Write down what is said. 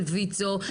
של ויצ"ו,